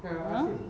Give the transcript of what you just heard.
!huh!